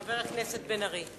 חבר הכנסת בן-ארי,